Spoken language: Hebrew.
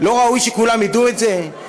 לא ראוי שכולם ידעו את זה?